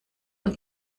und